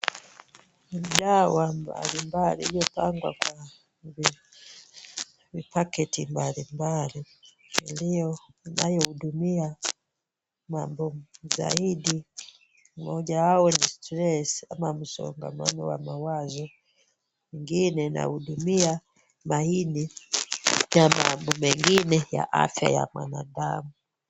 Bidhaa mbalimbali iliyopangwa kwa vipaketi mbalimbali inayohudumia mambo zaidi, moja yao ni stress ama msongamano wa mawazo, ingine inahudumia maini na mambo mengine ya afya ya binadamu.